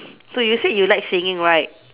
so you said you like singing right